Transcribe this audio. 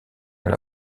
dans